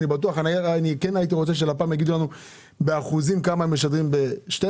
אני כן הייתי רוצה שלפ"ם יגידו לנו באחוזים כמה הם משדרים ב-12,